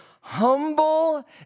humble